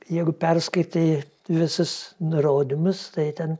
jeigu perskaitei visus nurodymus tai ten